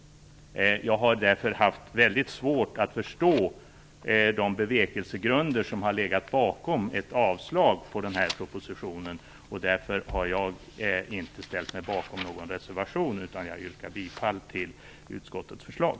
Jag har därför haft väldigt svårt att förstå de bevekelsegrunder som har legat bakom förslaget om avslag på propositionen. Därför har jag inte ställt mig bakom någon reservation. Jag yrkar bifall till utskottets förslag.